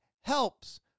helps